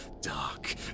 Dark